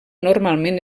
normalment